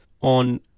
on